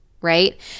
right